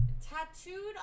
tattooed